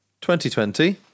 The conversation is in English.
2020